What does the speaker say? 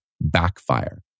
backfire